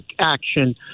action